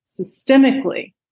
systemically